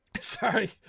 Sorry